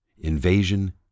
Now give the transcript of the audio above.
invasion